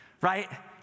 right